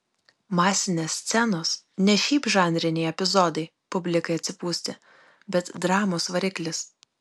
masinės scenos ne šiaip žanriniai epizodai publikai atsipūsti bet dramos variklis